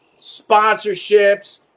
sponsorships